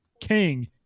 king